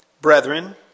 brethren